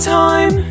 time